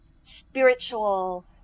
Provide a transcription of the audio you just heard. spiritual